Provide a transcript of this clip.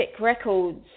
records